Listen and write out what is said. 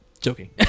joking